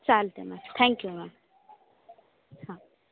चालतं आहे ma'am thank you ma'am हां